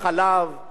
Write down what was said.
ועל לחם,